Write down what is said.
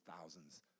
thousands